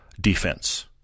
defense